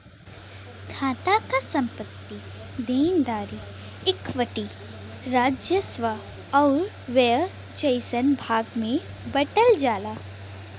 खाता क संपत्ति, देनदारी, इक्विटी, राजस्व आउर व्यय जइसन भाग में बांटल जाला